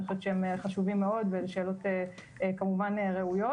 חושבת שהם חשובים מאוד ואלה שאלות כמובן ראויות.